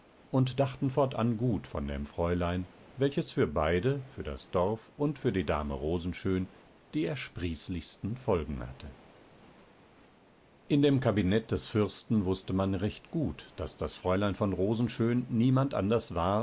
und dachten fortan gut von dem fräulein welches für beide für das dorf und für die dame rosenschön die ersprießlichsten folgen hatte in dem kabinett des fürsten wußte man recht gut daß das fräulein von rosenschön niemand anders war